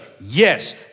Yes